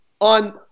on